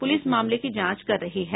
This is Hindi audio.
पुलिस मामले की जांच कर रही है